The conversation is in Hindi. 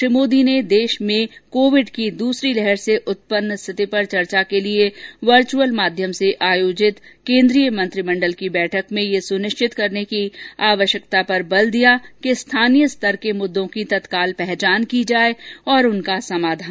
श्री मोदी ने देश में कोविड की दूसरी लहर से उत्पन्न स्थिति पर चर्चा के लिए वर्चअल माध्यम से आयोजित केन्द्रीय मंत्रिमंडल की बैठक में यह सुनिश्चित करने की आवश्यकता पर बल दिया कि स्थानीय स्तर के मुददों की तत्काल पहचान की जाए और उनका समाधान किया जाए